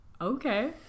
okay